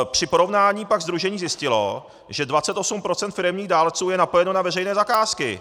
Při porovnání pak sdružení zjistilo, že 28 % firemních dárců je napojeno na veřejné zakázky.